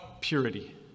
Purity